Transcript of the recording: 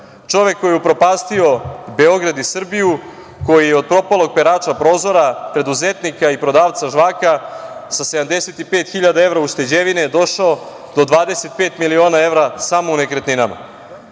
Čovek koji je upropastio Beograd i Srbiju, koji je od propalog perača prozora, preduzetnika i prodavca žvaka, sa 75.000 evra ušteđevine došao do 25 miliona evra samo u nekretninama. Da